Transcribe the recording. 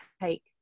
take